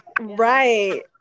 right